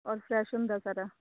ਔਰ ਫਰੈੱਸ਼ ਹੁੰਦਾ ਸਾਰਾ